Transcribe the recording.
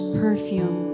perfume